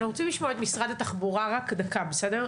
אני רוצה את לשמוע את משרד התחבורה רק דקה, בסדר?